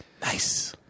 Nice